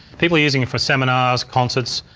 people using it for seminars, concerts,